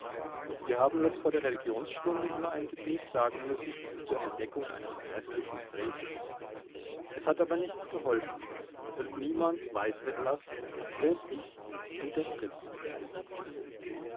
wir haben jetzt vor der religionsstunde immer ein gebet sagen müssen zur entdeckung eines gräßlichen frevels es hat aber nichts geholfen und niemand weiß etwas bloß ich und der fritz wissen es